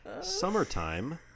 Summertime